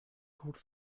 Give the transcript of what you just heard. called